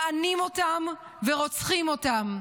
מענים אותם ורוצחים אותם.